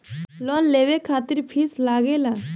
Loan लेवे खातिर fees लागेला?